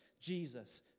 Jesus